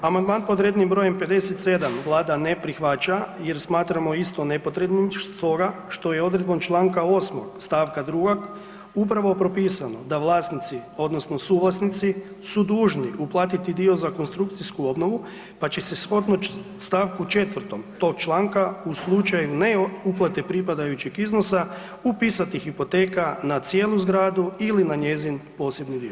Amandman pod rednim brojem 57 Vlada ne prihvaća jer smatramo isto nepotrebnim stoga što je odredbom čl. 8. st. 2. upravo propisano da vlasnici odnosno suvlasnici su dužni uplatiti dio za konstrukcijsku obnovu pa će se … st. 4. tog članka u slučaju ne uplate pripadajućeg iznosa upisati hipoteka na cijelu zgradu ili na njezin posebni dio.